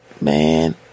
Man